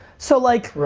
so like,